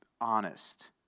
honest